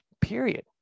period